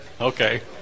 Okay